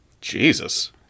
Jesus